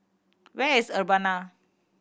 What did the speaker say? where is Urbana